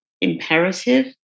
imperative